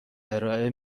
ارائه